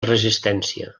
resistència